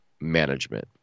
management